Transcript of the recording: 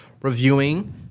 reviewing